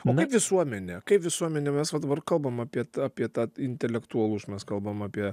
o kaip visuomenė kaip visuomenė mes va dabar kalbam apie apie tą intelektualus mes kalbam apie